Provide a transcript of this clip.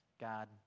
God